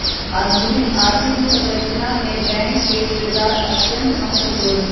आधुनिक आर्थिक संरचना मे बैंक के किरदार अत्यंत महत्वपूर्ण हई